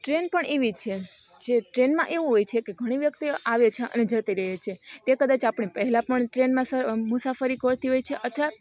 train પણ એવી છે જે ટ્રેનમાં એવું હોય છે કે ઘણી વ્યક્તિ આવે છે ને જતી રહે છે તે કદાચ આપણે પહેલાં પણ ટ્રેનમાં સર મુસાફરી કરતી હોય છે અથવા